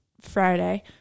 Friday